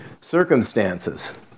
Circumstances